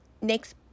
next